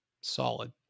Solid